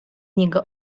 niego